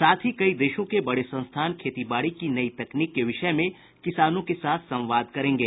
साथ ही कई देशों के बड़े संस्थान खेती बारी की नई तकनीक के विषय में किसानों के साथ संवाद करेंगे